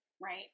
right